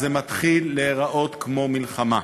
זה מתחיל להיראות כמו מלחמה.